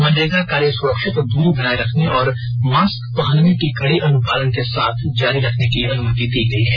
मनरेगा कार्य सुरक्षित दूरी बनाए रखने और मास्क पहनने के कड़े अनुपालन के साथ जारी रखने की अनुमति दी गई है